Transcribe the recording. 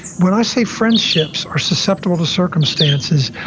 when i say friendships are susceptible to circumstances,